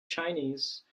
chinese